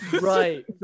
Right